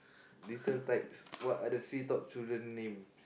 little tykes what are the three top children named